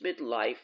midlife